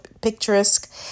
picturesque